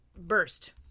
burst